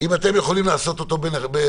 יכול להיות שזה שרים אחרים.